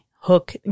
hook